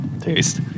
taste